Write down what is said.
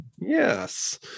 Yes